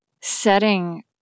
setting